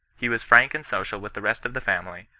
he was frank and social with the rest of the family,